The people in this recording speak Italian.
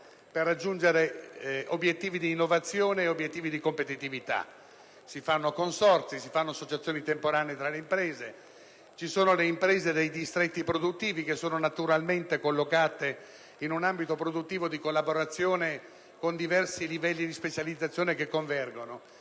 per raggiungere obiettivi d'innovazione o di competitività. Si fanno consorzi ed associazioni temporanee fra le imprese. Ci sono le imprese dei distretti produttivi, naturalmente collocate in un ambito produttivo di collaborazione, con diversi livelli di specializzazione che convergono.